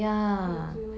对 lor 对 lor